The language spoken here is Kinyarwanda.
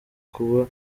kuba